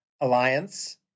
alliance